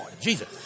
Jesus